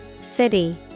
City